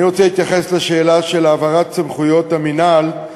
אני רוצה להתייחס לשאלה של העברת סמכויות המינהל.